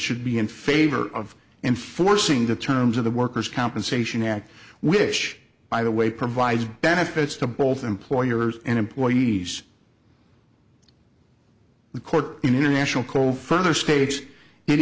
should be in favor of enforcing the terms of the worker's compensation act wish by the way provides benefits to both employers and employees the court in international co